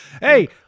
Hey